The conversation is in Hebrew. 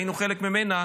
שהיינו חלק ממנה,